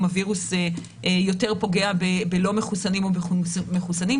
הווירוס יותר פוגע בלא מחוסנים או במחוסנים.